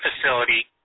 facility